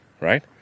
right